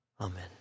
Amen